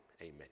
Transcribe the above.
amen